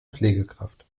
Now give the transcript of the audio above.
pflegekraft